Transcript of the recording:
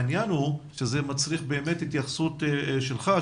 העניין הוא שזה מצריך באמת התייחסות שלך,